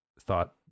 thought